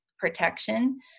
protection